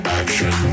action